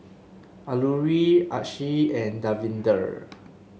Alluri Akshay and Davinder